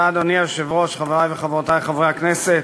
אדוני היושב-ראש, תודה, חברי וחברותי חברי הכנסת,